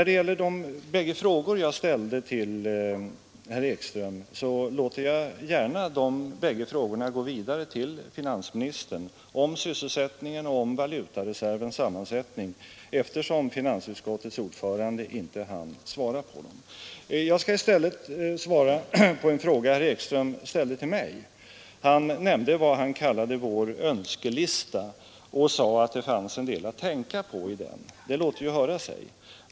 Beträffande de två frågor jag ställde till herr Ekström — om sysselsättningen och om valutareservens sammansättning — så låter jag dem gärna gå vidare till herr finansministern, eftersom finansutskottets ordförande inte hann svara på dem. Jag skall i stället svara på en fråga som herr Ekström ställde till mig. Han nämnde vad han kallade vår önskelista och sade, att det fanns en del att tänka på i den. Det låter ju höra sig.